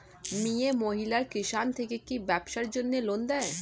মিয়ে মহিলা কিষান থেকে কি ব্যবসার জন্য ঋন দেয়?